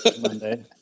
Monday